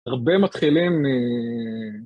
הרבה מתחילים...